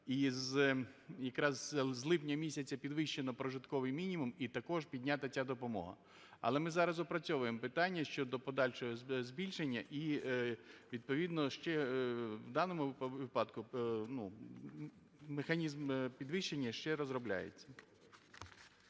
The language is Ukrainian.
з якраз з липня місяця підвищено прожитковий мінімум і також піднята ця допомога. Але ми зараз опрацьовуємо питання щодо подальшого збільшення, і, відповідно, ще… в даному випадку механізм підвищення ще розробляється.